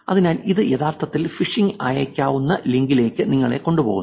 അതിനാൽ ഇത് യഥാർത്ഥത്തിൽ ഫിഷിംഗ് ആയേക്കാവുന്ന ലിങ്കിലേക്ക് നിങ്ങളെ കൊണ്ടുപോകുന്നു